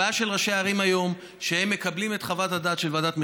הבעיה של ראשי ערים היום היא שהם מקבלים את חוות הדעת של ועדת המכרזים,